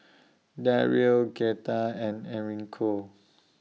Daryle Greta and Enrico